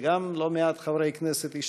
וגם בו השתתפו לא מעט חברי כנסת.